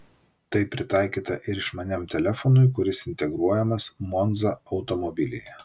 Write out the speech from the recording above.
tai pritaikyta ir išmaniam telefonui kuris integruojamas monza automobilyje